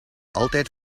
altijd